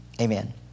Amen